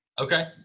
Okay